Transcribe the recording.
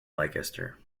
leicester